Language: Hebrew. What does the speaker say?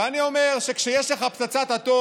ואני אומר שכשיש לך פצצת אטום,